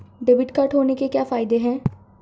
Debit card होने के क्या फायदे हैं?